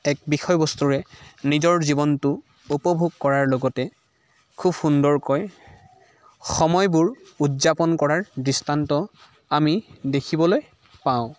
এক বিষয়বস্তুৰে নিজৰ জীৱনটো উপভোগ কৰাৰ লগতে খুব সুন্দৰকৈ সময়বোৰ উদযাপন কৰাৰ দৃষ্টান্ত আমি দেখিবলৈ পাওঁ